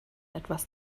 etwas